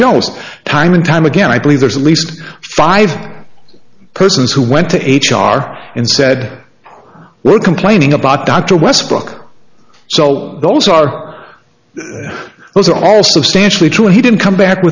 shows time and time again i believe there's at least five persons who went to h r and said we're complaining about dr westbrook sol those are those are all substantially true he didn't come back